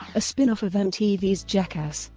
a spinoff of mtv's jackass,